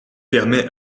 permet